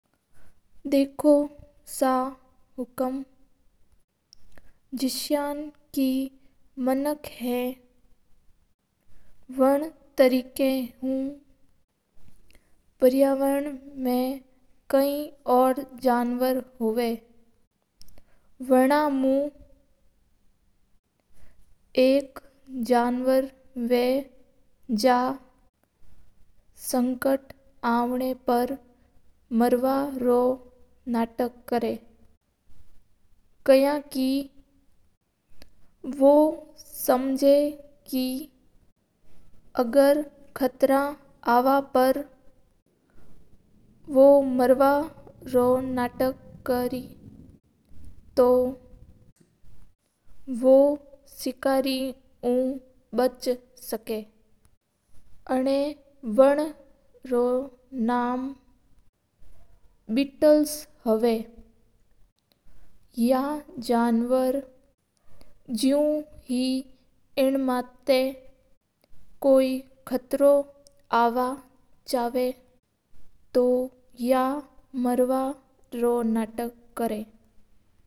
देखो सा हुकम जिस्यान के मानक हावा उन परकर हिज जानवर बे हावा हा जाको संकेत आव ना पर मारवा रो नाटक करा हा। वो एन वास्ता मारवा रो नाटक करा क्यी के वो मारवा रो नाटक राय तो वो सिखरी उ बच सका बीनो नाम बित्तेस हावा हा।